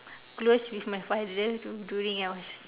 close with my father dur~ during I was